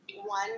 One